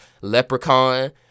Leprechaun